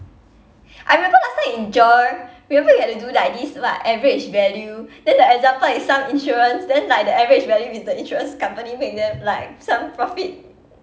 I remember last time in GER remember we had to do like this what average value then the example is some insurance then like the average value is the insurance company make then like some profit